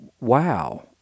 wow